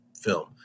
film